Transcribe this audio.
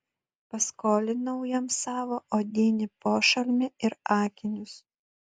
paskolinau jam savo odinį pošalmį ir akinius